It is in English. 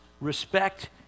respect